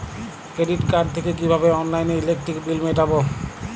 Credit card থেকে কিভাবে অনলাইনে ইলেকট্রিক বিল মেটাবো?